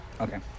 Okay